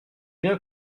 bien